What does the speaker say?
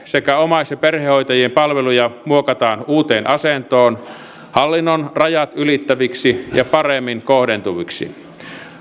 sekä omais ja perhehoitajien palveluita muovataan uuteen asentoon hallinnon rajat ylittäviksi ja paremmin kohdentuviksi